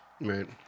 Right